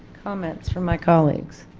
comments from my colleagues?